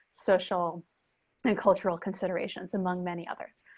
social and cultural considerations, among many others.